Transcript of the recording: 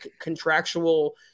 contractual